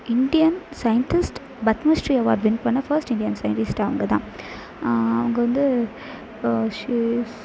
Indian scientist Padmashri award win பண்ண first Indian scientist அவங்க தான் அவங்க வந்து இப்போது ஷீ இஸ்